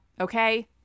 okay